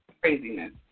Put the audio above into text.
craziness